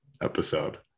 episode